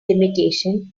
limitation